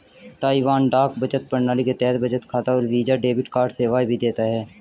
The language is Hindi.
ताइवान डाक बचत प्रणाली के तहत बचत खाता और वीजा डेबिट कार्ड सेवाएं भी देता है